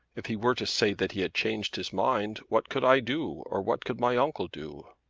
if he were to say that he had changed his mind, what could i do, or what could my uncle do?